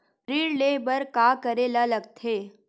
ऋण ले बर का करे ला लगथे?